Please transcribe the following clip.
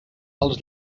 als